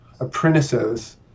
apprentices